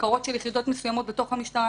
בקרות של יחידות מסוימות בתוך המשטרה.